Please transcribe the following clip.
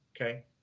Okay